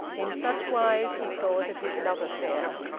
in such wise he thought of his love-affair.